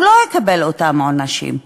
הוא לא יקבל אותם עונשים.